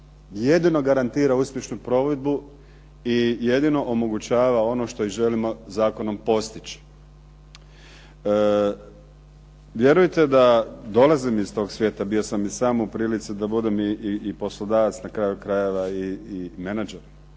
jedino garantira uspješnu provedbu i jedino omogućava ono što i želimo zakonom postići. Vjerujte da dolazim iz tog svijeta, bio sam i sam u prilici da budem i poslodavac, na kraju krajeva i menadžer,